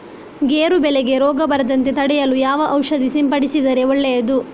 ಗೇರು ಬೆಳೆಗೆ ರೋಗ ಬರದಂತೆ ತಡೆಯಲು ಯಾವ ಔಷಧಿ ಸಿಂಪಡಿಸಿದರೆ ಒಳ್ಳೆಯದು?